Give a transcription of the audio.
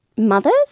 Mothers